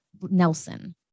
Nelson